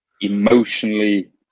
emotionally